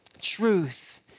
Truth